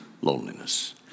loneliness